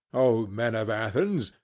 o men of athens,